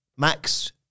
Max